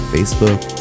Facebook